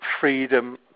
freedom